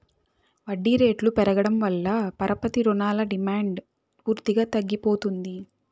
వడ్డీ రేట్లు పెరగడం వల్ల పరపతి రుణాల డిమాండ్ పూర్తిగా తగ్గిపోతుంది